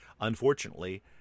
unfortunately